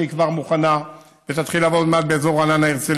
שהיא כבר מוכנה ותתחיל לעבוד עוד מעט באזור רעננה-הרצליה,